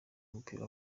w’umupira